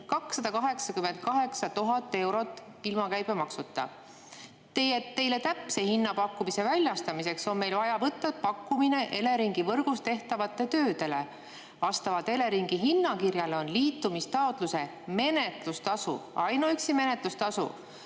288 000 eurot ilma käibemaksuta. Teile täpse hinnapakkumise väljastamiseks on meil vaja võtta pakkumine Eleringi võrgus tehtavatele töödele. Vastavalt Eleringi hinnakirjale on liitumistaotluse menetlustasu (Ainuüksi menetlustasu!